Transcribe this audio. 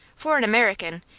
for an american,